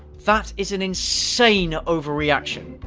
that is an insane overreaction.